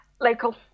local